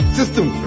System